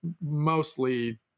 mostly